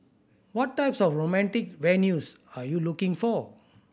what types of romantic venues are you looking for